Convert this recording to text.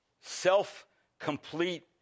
self-complete